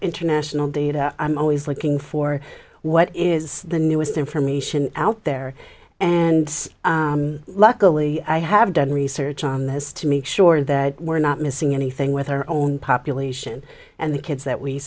international data i'm always looking for what is the newest information out there and luckily i have done research on this to make sure that we're not missing anything with our own population and the kids that we